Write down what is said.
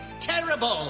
terrible